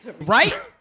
Right